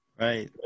Right